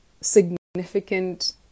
significant